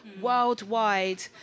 worldwide